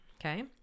okay